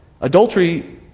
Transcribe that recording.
Adultery